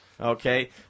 Okay